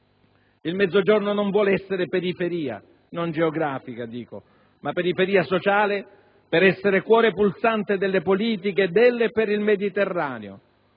il Mezzogiorno non vuole essere periferia, non intendo geografica, ma periferia sociale per essere cuore pulsante delle politiche del e per il Mediterraneo,